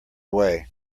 way